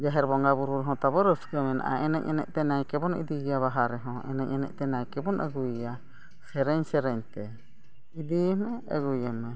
ᱡᱟᱦᱮᱨ ᱵᱚᱸᱜᱟᱼᱵᱩᱨᱩ ᱨᱮᱦᱚᱸ ᱛᱟᱵᱚᱱ ᱨᱟᱹᱥᱠᱟᱹ ᱢᱮᱱᱟᱜᱼᱟ ᱮᱱᱮᱡᱼᱮᱱᱮᱡ ᱛᱮ ᱱᱟᱭᱠᱮ ᱵᱚᱱ ᱤᱫᱤᱭᱮᱭᱟ ᱵᱟᱦᱟ ᱨᱮᱦᱚᱸ ᱮᱱᱮᱡᱼᱮᱱᱮᱡᱛᱮ ᱱᱟᱭᱠᱮ ᱵᱚᱱ ᱟᱹᱜᱩᱭᱮᱭᱟ ᱥᱮᱨᱮᱧᱼᱥᱮᱨᱮᱧᱛᱮ ᱤᱫᱤᱭᱮᱢᱮ ᱟᱹᱜᱩᱭᱮᱢᱮ